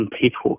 people